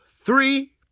three